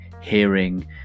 hearing